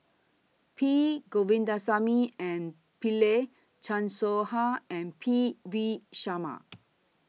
P Govindasamy and Pillai Chan Soh Ha and P V Sharma